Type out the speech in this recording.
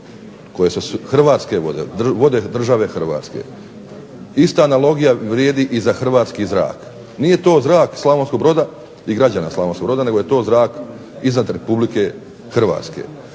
koje su, hrvatske vode, vode države Hrvatske, ista analogija vrijedi i za hrvatski zrak. Nije to zrak Slavonskog Broda i građana Slavonskog Broda nego je to zrak iznad RH. Zbog toga je